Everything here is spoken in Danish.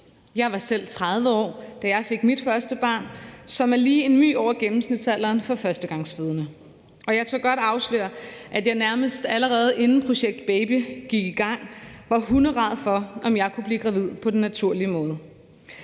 Jeg var selv 30 år, da jeg fik mit første barn, og det er lige en my over gennemsnitsalderen for førstegangsfødende, og jeg tør godt afsløre, at jeg, nærmest allerede inden projekt baby gik i gang, var hunderæd for, om jeg kunne blive gravid på den naturlige måde.